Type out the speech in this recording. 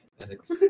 Alex